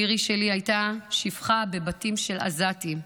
לירי שלי הייתה שפחה בבתים של עזתים.